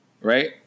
Right